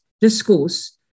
discourse